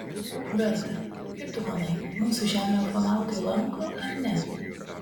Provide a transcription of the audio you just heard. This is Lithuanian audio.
berta kaip tu manai mūsų žemę ufonautai lanko ar ne